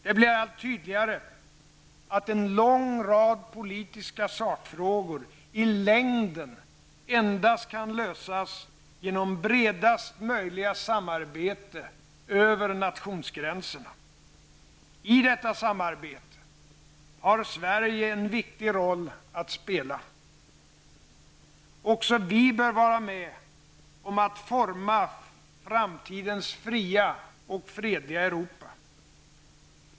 Det blir allt tydligare att en lång rad politiska sakfrågor i längden endast kan lösas genom bredast möjliga samarbete över nationsgränserna. I detta samarbete har Sverige en viktig roll att spela. Också vi bör vara med om att forma framtidens fria och fredliga Europa.